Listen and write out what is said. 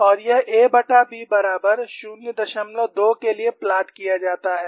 और यह aB बराबर 02 के लिए प्लॉट किया जाता है